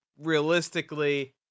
realistically